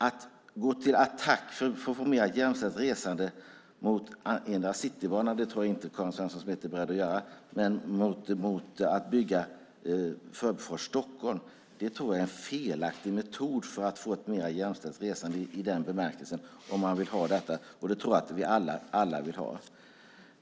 Att gå till attack mot endera Citybanan, som jag inte tror att Karin Svensson Smith är beredd att göra, eller mot byggandet av Förbifart Stockholm tror jag är fel metod för att få ett mer jämställt resande, vilket vi alla vill ha.